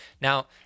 Now